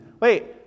Wait